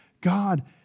God